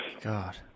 God